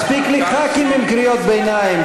מספיק לי חברי כנסת עם קריאות ביניים.